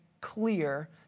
clear